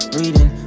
reading